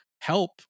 help